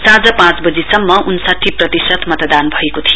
साँझ पाँच बजीसम्म उन्साठी प्रतिशत मतदान भएको थियो